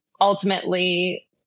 ultimately